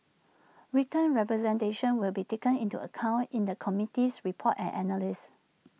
written representations will be taken into account in the committee's report and analysis